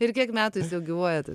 ir kiek metų jis jau gyvuoja tas